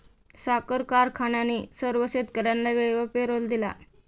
साखर कारखान्याने सर्व शेतकर्यांना वेळेवर पेरोल दिला